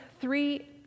three